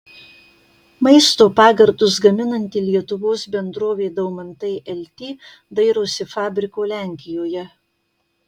maisto pagardus gaminanti lietuvos bendrovė daumantai lt dairosi fabriko lenkijoje